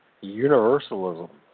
universalism